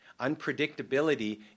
Unpredictability